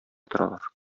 торалар